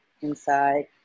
inside